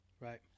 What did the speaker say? right